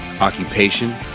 Occupation